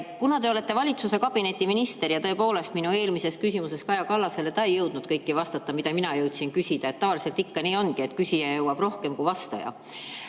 kuna te olete valitsuskabineti minister ja tõepoolest minu eelmises küsimuses Kaja Kallasele ta ei jõudnud kõigele vastata, mida mina jõudsin küsida – tavaliselt ikka nii ongi, et küsija jõuab rohkem kui vastaja.